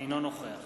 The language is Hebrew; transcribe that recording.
אינו נוכח